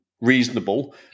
reasonable